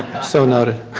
so noted.